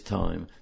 time